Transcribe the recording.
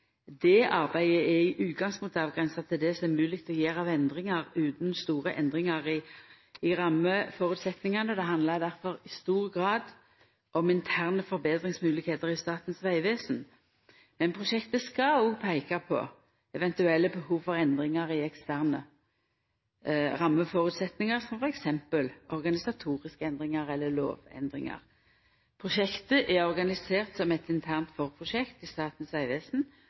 Det arbeidet er i utgangspunktet avgrensa til det som er mogleg å gjera av endringar utan store endringar i rammeføresetnadene. Det handlar difor i stor grad om interne forbetringsmoglegheiter i Statens vegvesen. Men prosjektet skal òg peika på eventuelle behov for endringar i eksterne rammeføresetnader, som f.eks. organisatoriske endringar eller lovendringar. Prosjektet er organisert som eit internt forprosjekt i Statens